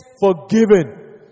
forgiven